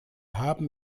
haben